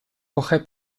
jorge